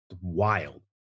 wild